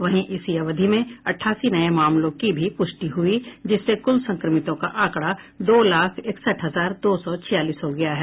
वहीं इसी अवधि में अठासी नये मामलों की भी प्रष्टि हुई जिससे कुल संक्रमितों का आंकड़ा दो लाख इकसठ हजार दो सौ छियालीस हो गया है